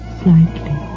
slightly